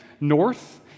north